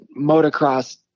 motocross